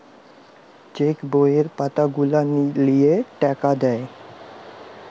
check বইয়ের পাতা গুলা লিয়ে টাকা দেয়